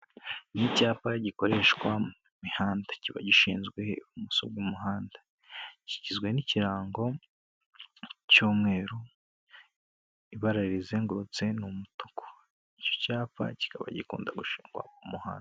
Ni icyapa gikoreshwa mu mihanda, kiba gishinzwe ibumoso bw'umuhanda, kigizwe n'ikirango cy'umweru, ibara rizengurutse ni umutuku. Icyo cyapa kikaba gikunda gushingwa ku muhanda.